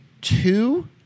two